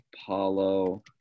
Apollo